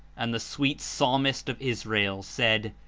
and the sweet psalmist of israel, said,